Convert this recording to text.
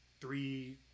three